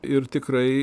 ir tikrai